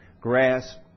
grasp